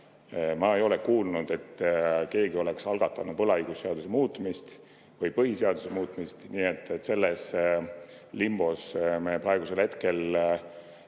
Ma ei ole kuulnud, et keegi oleks algatanud võlaõigusseaduse muutmise või põhiseaduse muutmise. Nii et selles limbos me praegusel hetkel